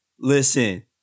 listen